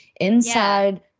Inside